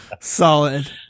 Solid